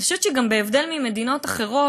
אני חושבת שגם בהבדל ממדינות אחרות,